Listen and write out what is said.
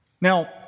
Now